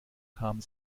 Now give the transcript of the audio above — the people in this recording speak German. kamen